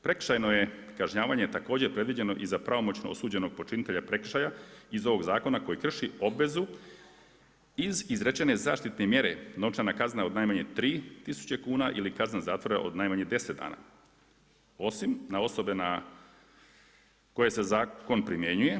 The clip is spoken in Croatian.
Prekršajno je kažnjavanje također predviđeno i za pravomoćno osuđenog počinitelja prekršaja iz ovog zakona koji krši obvezu iz izrečene zaštitne mjere, novčana kazna od najmanje tri tisuće kuna ili kazna zatvora od najmanje 10 dana osim na osobe na koje se zakon primjenjuje.